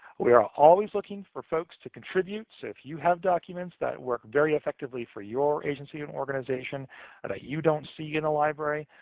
we are always looking for folks to contribute. so if you have documents that work very effectively for your agency and organization that ah you don't see in the library,